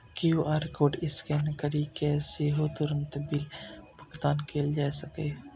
QR code scan करि कें सेहो तुरंत बिल भुगतान कैल जा सकैए